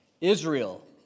Israel